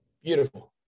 Beautiful